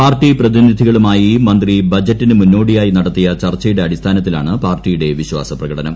party പ്രതിനിധികളുമായി മന്ത്രി ബജറ്റിന് മുന്നോടിയായി നടത്തിയ ചർച്ചയുടെ അടിസ്ഥാനത്തിലാണ് പാർട്ടിയുടെ വിശ്വാസ പ്രകടനം